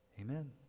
Amen